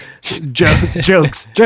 Jokes